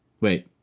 Wait